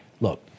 Look